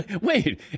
Wait